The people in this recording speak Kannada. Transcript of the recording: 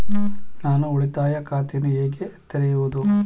ನಾನು ಉಳಿತಾಯ ಖಾತೆಯನ್ನು ಹೇಗೆ ತೆರೆಯುವುದು?